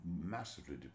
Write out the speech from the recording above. massively